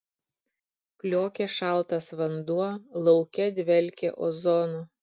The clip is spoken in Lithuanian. kliokė šaltas vanduo lauke dvelkė ozonu